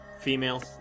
female